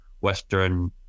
Western